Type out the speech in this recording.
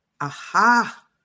aha